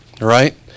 Right